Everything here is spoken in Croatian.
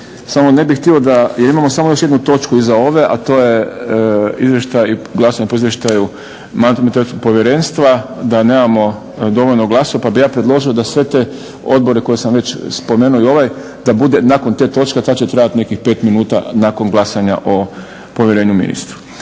Samo ne bih htio da, jer imamo samo još jednu točku iza ove, a to je Izvještaj i glasanje po izvještaju Mandatno-imunitetnog povjerenstva da nemamo dovoljno glasova. Pa bih ja predložio da sve te odbore koje sam već spomenuo i ovaj da bude nakon te točke, a ta će trajati nekih pet minuta nakon glasanja o povjerenju ministru.